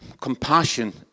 Compassion